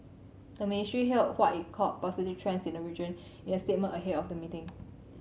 the ministry hailed what it called positive trends in the region in a statement ahead of the meeting